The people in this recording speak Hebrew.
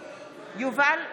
יובל שטייניץ,